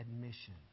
admission